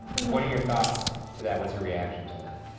what are your thoughts to that, what's your reaction to that?